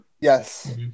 Yes